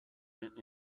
went